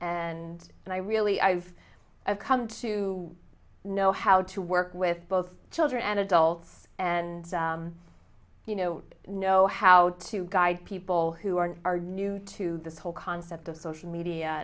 and and i really i've come to know how to work with both children and adults and you know know how to guide people who aren't are new to this whole concept of social me